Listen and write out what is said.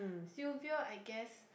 Sylvia I guess